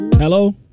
hello